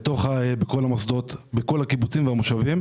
במוסדות, בקיבוצים ובמושבים.